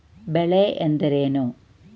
ಬೆಳೆ ಎಂದರೇನು?